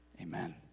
Amen